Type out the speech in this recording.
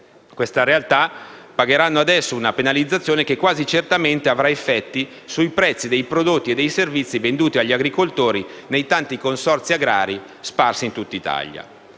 Queste realtà pagano adesso una penalizzazione che quasi certamente avrà effetti sui prezzi dei prodotti e dei servizi venduti agli agricoltori nei tanti consorzi agrari sparsi in tutta Italia.